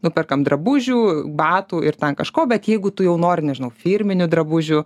nuperkam drabužių batų ir ten kažko bet jeigu tu jau nori nežinau firminių drabužių